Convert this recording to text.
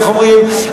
איך אומרים,